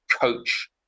coach